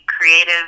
creative